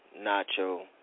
Nacho